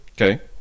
Okay